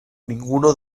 ninguno